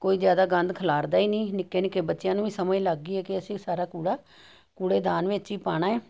ਕੋਈ ਜ਼ਿਆਦਾ ਗੰਦ ਖ਼ਲਾਰਦਾ ਹੀ ਨਹੀਂ ਨਿੱਕੇ ਨਿੱਕੇ ਬੱਚਿਆਂ ਨੂੰ ਵੀ ਸਮਝ ਲੱਗ ਗਈ ਹੈ ਕਿ ਅਸੀਂ ਸਾਰਾ ਕੂੜਾ ਕੂੜੇਦਾਨ ਵਿੱਚ ਹੀ ਪਾਉਣਾ ਹੈ